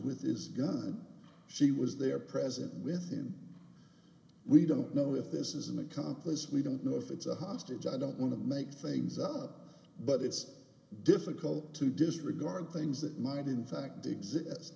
with his gun she was there present with him we don't know if this isn't a companies we don't know if it's a hostage i don't want to make things up but it's difficult to disregard things that might in fact